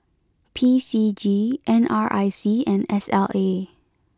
P C G N R I C and S L A